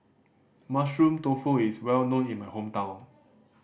Mushroom Tofu is well known in my hometown